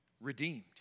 redeemed